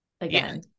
again